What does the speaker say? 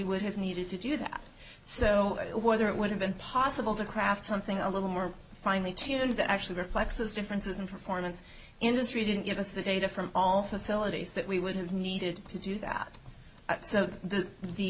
would have needed to do that so whether it would have been possible to craft something a little more finely tuned that actually reflects those differences in performance industry didn't give us the data from all facilities that we would have needed to do that so the the